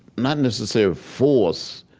not necessarily forced,